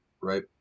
right